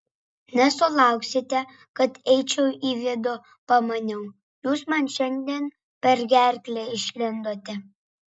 nesulauksite kad eičiau į vidų pamaniau jūs man šiandien per gerklę išlindote